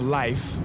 life